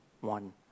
one